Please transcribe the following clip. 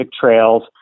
trails